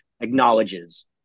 acknowledges